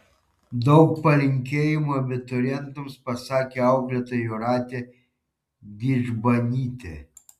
daug palinkėjimų abiturientams pasakė auklėtoja jūratė didžbanytė